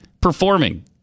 performing